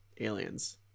aliens